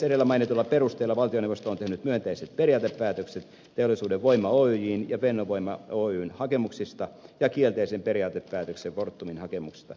edellä mainituilla perusteilla valtioneuvosto on tehnyt myönteiset periaatepäätökset teollisuuden voima oyjn ja fennovoima oyn hakemuksista ja kielteisen periaatepäätöksen fortumin hakemuksesta